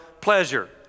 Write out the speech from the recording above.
pleasure